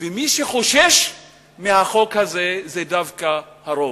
ומי שחושש מהחוק הזה זה דווקא הרוב.